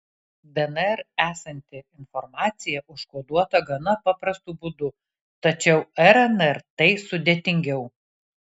dnr esanti informacija užkoduota gana paprastu būdu tačiau rnr tai sudėtingiau